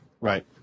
Right